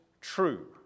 true